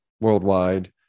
worldwide